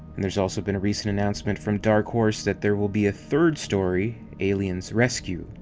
and there's also been a recent announcement from dark horse that there will be a third story, aliens rescue,